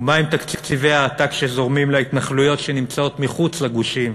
ומה עם תקציבי העתק שזורמים להתנחלויות שנמצאות מחוץ לגושים,